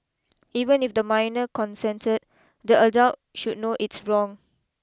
even if the minor consented the adult should know it's wrong